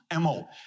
MO